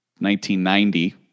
1990